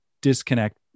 disconnect